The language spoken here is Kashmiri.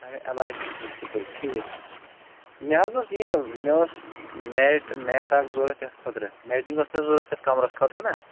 اچھا اٮ۪ل آی سی یَس نِش چھُو تُہۍ ٹھیٖک مےٚ حظ اوس یہِ مےٚ اوس میٹ میٹ اکھ ضوٚرَتھ یَتھ خٲطرٕ میٹِنٛگ ٲس مےٚ ضوٚرَتھ یَتھ کَمرَس خٲطرٕ نہ